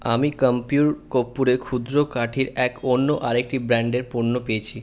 আমি ক্যাম্পিউর কর্পূরের ক্ষুদ্র কাঠির এক অন্য আরেকটি ব্র্যান্ডের পণ্য পেয়েছি